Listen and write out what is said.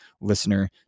listener